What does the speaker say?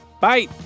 Bye